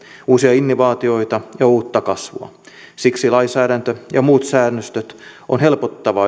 uusia innovaatioita ja uutta kasvua siksi lainsäädännön ja muiden säännösten on helpotettava